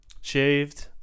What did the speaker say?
shaved